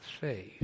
faith